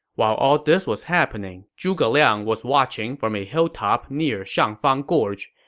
while all this was happening, zhuge liang was watching from a hilltop near shangfang gorge.